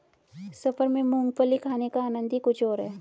सफर में मूंगफली खाने का आनंद ही कुछ और है